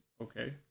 okay